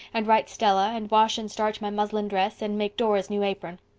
and write stella, and wash and starch my muslin dress, and make dora's new apron.